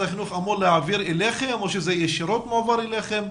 החינוך אמור להעביר אליכם או שזה ישירות מועבר אליכם?